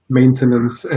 maintenance